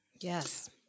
yes